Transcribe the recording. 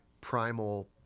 primal